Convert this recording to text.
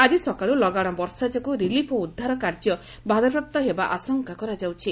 ଆଜି ସକାଳୁ ଲଗାଶ ବର୍ଷା ଯୋଗୁଁ ରିଲିଫ୍ ଓ ଉଦ୍ଧାର କାର୍ଯ୍ୟ ବାଧାପ୍ରାପ୍ତ ହେବା ଆଶଙ୍କା କରାଯାଉଛି